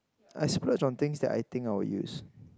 I splurged on things that I think I'll use